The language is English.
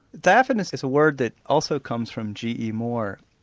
diaphanous is a word that also comes from g. e. moore.